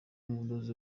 umudozi